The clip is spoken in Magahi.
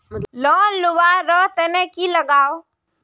लोन लुवा र तने की लगाव?